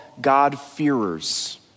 God-fearers